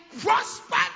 prosper